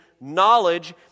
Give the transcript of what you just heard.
knowledge